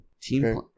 Team